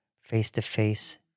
face-to-face